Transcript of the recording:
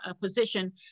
position